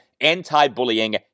anti-bullying